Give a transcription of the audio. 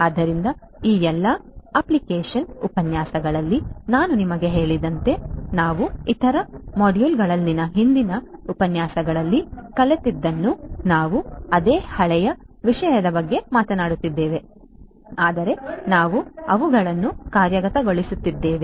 ಆದ್ದರಿಂದ ಈ ಎಲ್ಲಾ ಅಪ್ಲಿಕೇಶನ್ ಉಪನ್ಯಾಸಗಳಲ್ಲಿ ನಾನು ನಿಮಗೆ ಹೇಳಿದಂತೆ ನಾವು ಇತರ ಮಾಡ್ಯೂಲ್ಗಳಲ್ಲಿನ ಹಿಂದಿನ ಉಪನ್ಯಾಸಗಳಲ್ಲಿ ಕಲಿತದ್ದನ್ನು ನಾವು ಅದೇ ಹಳೆಯ ವಿಷಯದ ಬಗ್ಗೆ ಮಾತನಾಡುತ್ತಿದ್ದೇವೆ ಆದರೆ ನಾವು ಅವುಗಳನ್ನು ಕಾರ್ಯಗತಗೊಳಿಸುತ್ತಿದ್ದೇವೆ